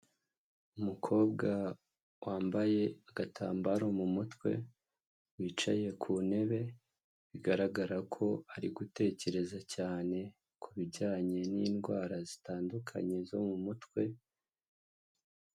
Umukobwa wambaye agatambaro mu mutwe, wicaye ku ntebe, bigaragara ko ari gutekereza cyane ku bijyanye n'indwara zitandukanye zo mu mutwe.